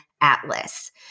Atlas